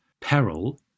Peril